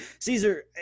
Caesar